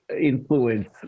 influence